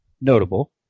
notable